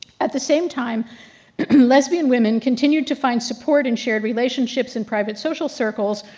at the same time lesbian women continued to find support in shared relationships and private social circles,